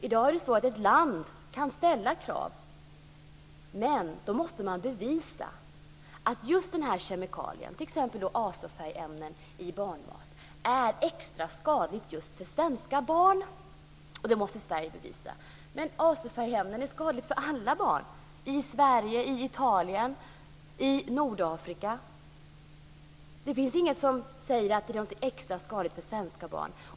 I dag kan ett land ställa krav, men då måste man bevisa att just denna kemikalie, t.ex. azo-färgämnen i barnmat, är extra skadlig just för svenska barn. Och det måste Sverige bevisa. Men azo-färgämnen är skadliga för alla barn, i Sverige, i Italien, i Nordafrika. Det finns inget som säger att det är extra skadligt för svenska barn.